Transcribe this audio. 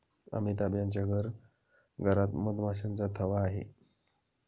अमिताभ यांच्या घरात मधमाशांचा थवा आहे